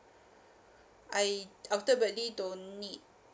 I ultimately don't need